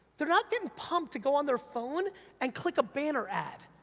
they're not getting pumped to go on their phone and click a banner ad.